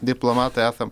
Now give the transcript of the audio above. diplomatai esam